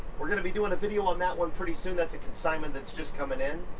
we're gonna be doing a video on that one pretty soon. that's a consignment that's just coming in.